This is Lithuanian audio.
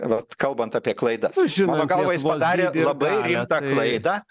vat kalbant apie klaidą mano galva jis padarė labai rimtą klaidą